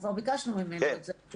כבר ביקשנו ממנו את זה.